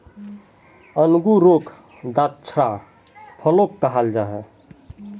अन्गूरोक द्राक्षा फलो कहाल जाहा